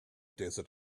desert